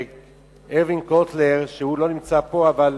לארווין קוטלר שלא נמצא פה, אבל